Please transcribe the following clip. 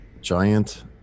giant